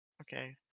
Okay